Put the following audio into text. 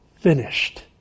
finished